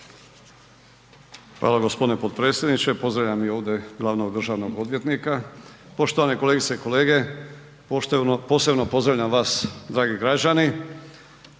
Hvala g. potpredsjedniče, pozdravljam i ovdje glavnog državnog odvjetnika, poštovane kolegice i kolege, posebno pozdravljam vas dragi građani.